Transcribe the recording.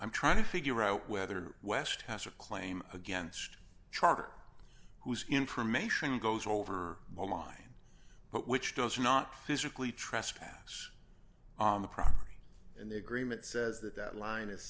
i'm trying to figure out whether west has a claim against charter whose information goes over the line but which does not physically trespass on the property and the agreement says that that line is